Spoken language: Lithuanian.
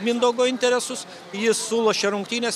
mindaugo interesus jis sulošė rungtynes